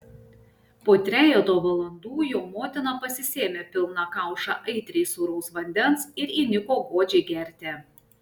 po trejeto valandų jo motina pasisėmė pilną kaušą aitriai sūraus vandens ir įniko godžiai gerti